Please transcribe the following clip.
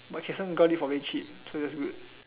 but Kayson got it for very cheap so that's good